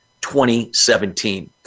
2017